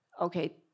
Okay